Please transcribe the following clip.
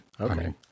Okay